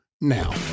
now